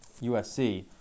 USC